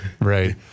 Right